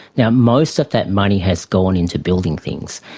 yeah most of that money has gone into building things.